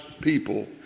people